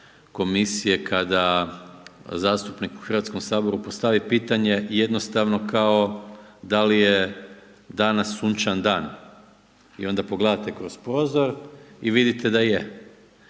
Komisije, kada zastupnik u Hrvatskom saboru postavi pitanje, jednostavno kao da li je danas sunčan dan. I onda pogledate kroz prozor i vidite da je.